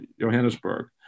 Johannesburg